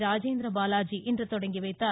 ராஜேந்திர பாலாஜி இன்று தொடங்கி வைத்தார்